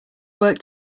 work